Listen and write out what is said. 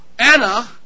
Anna